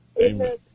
Amen